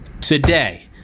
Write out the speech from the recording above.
today